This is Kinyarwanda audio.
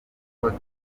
hotel